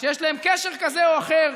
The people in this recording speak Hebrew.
שיש להם קשר כזה או אחר,